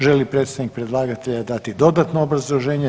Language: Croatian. Želi li predstavnik predlagatelja dati dodatno obrazloženje?